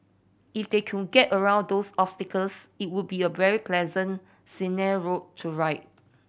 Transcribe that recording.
if they could get around these obstacles it would be a very pleasant route to ride